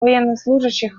военнослужащих